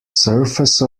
surface